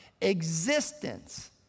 Existence